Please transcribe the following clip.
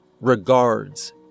Regards